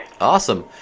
Awesome